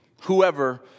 whoever